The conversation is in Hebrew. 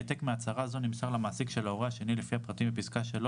העתק מהצהרה זו נמסר למעסיק של ההורה השני לפי הפרטים בפסקה (3)